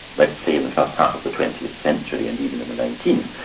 let's say in the first half of the twentieth century and even in the nineteenth,